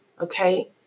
okay